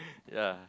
ya